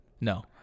No